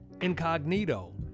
Incognito